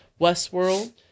Westworld